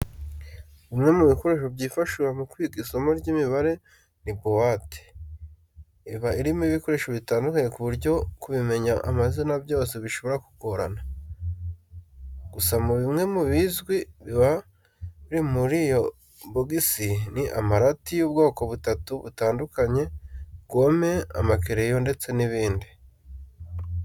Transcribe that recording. Bimwe mu bikoresho byifashishwa mu kwiga isomo ry'imibare ni buwate. Iba irimo ibikoresho bitandukanye ku buryo kubimenya amazina byose bishobora kugorana. Gusa bimwe mu bizwi biba biri muri iyo bogisi ni amarati y'ubwoko butatu butandukanye, gome, amakereyo ndetse n'ibindi.